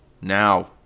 now